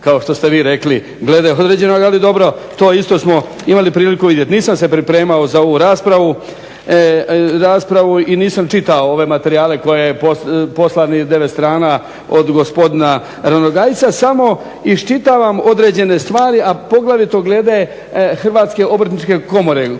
kao što ste vi rekli glede određenog, ali dobro to isto smo imali priliku vidjeti. Nisam se pripremao za ovu raspravu i nisam čitao ove materijale koje je poslano 9 strana od gospodina Ranogajca, samo iščitavam određene stvari a poglavito glede HOK-a kolega